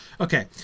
Okay